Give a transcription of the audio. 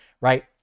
right